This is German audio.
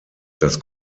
das